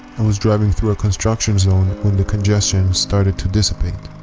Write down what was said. and was driving through a construction zone when the congestion started to dissipate.